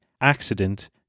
accident